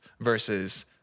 versus